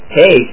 hey